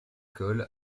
cole